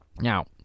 Now